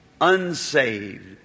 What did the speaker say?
unsaved